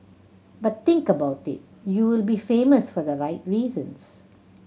but think about it you will be famous for the right reasons